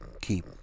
keep